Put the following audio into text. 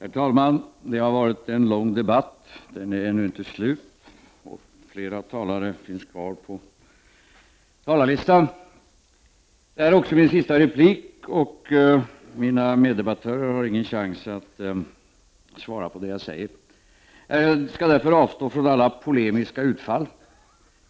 Herr talman! Det har varit en lång debatt. Den är ännu inte slut, och flera talare finns kvar på talarlistan. Detta är också min sista replik, och mina meddebattörer har ingen chans att svara på det jag säger. Jag skall därför avstå från alla polemiska utfall.